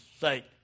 sake